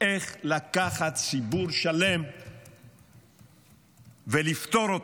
איך לקחת ציבור שלם ולפטור אותו.